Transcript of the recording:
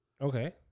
Okay